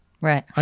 Right